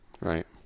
Right